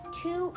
two